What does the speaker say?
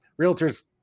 realtors